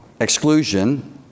exclusion